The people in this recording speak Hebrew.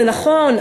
זה נכון,